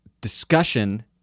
discussion